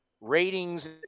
ratings